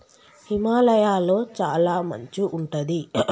హిమాలయ లొ చాల మంచు ఉంటది